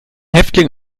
häftling